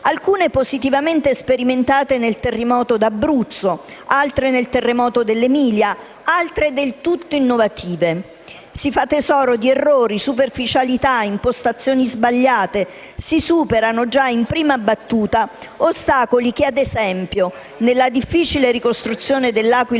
alcune positivamente sperimentate nel terremoto d'Abruzzo, altre nel terremoto dell'Emilia e altre del tutto innovative. Si fa tesoro di errori, superficialità, impostazioni sbagliate e si superano già, in prima battuta, ostacoli che, ad esempio, nella difficile ricostruzione di L'Aquila